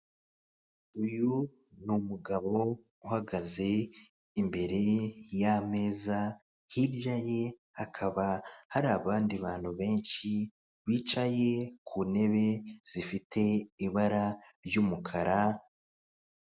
Uyu ni umugabo uhagaze imbere y'ameza, hirya ye hakaba hari abandi bantu benshi bicaye ku ntebe zifite ibara ry'umukara.